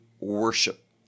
worship